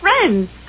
friends